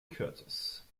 curtis